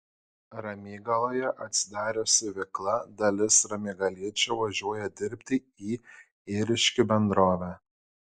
ramygaloje atsidarė siuvykla dalis ramygaliečių važiuoja dirbti į ėriškių bendrovę